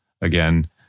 again